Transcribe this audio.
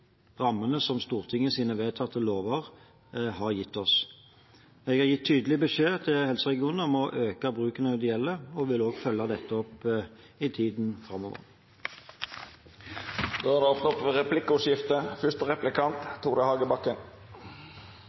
rammene som Stortingets vedtatte lover har gitt oss. Jeg har gitt tydelig beskjed til helseregionene om å øke bruken av ideelle, og jeg vil også følge dette opp i tiden framover. Det vert replikkordskifte.